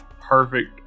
perfect